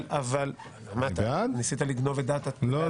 אני בעד ניסית לגנוב את דעת --- לא.